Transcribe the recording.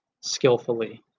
skillfully